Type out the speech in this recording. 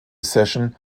session